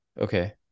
Okay